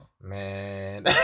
man